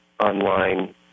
online